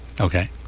Okay